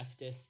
leftist